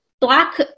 black